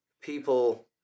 people